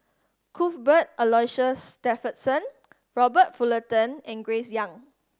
Cuthbert Aloysius Shepherdson Robert Fullerton and Grace Young